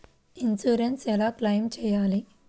Insurance ఎలా claim చేయాలి?